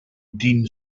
dean